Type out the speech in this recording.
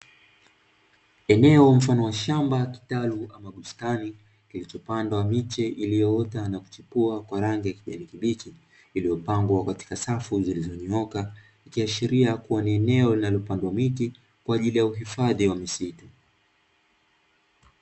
Eneo mfano wa shamba, kitalu ama bustani kilichopandwa miche iliyoota na kuchipua kwa rangi ya kijani kibichi, iliyopangwa katika safu ziliyonyooka ikiashiria kuwa ni eneo linalopandwa miti kwa ajili ya uhifadhi wa misitu.